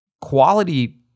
quality